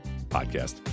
podcast